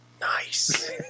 Nice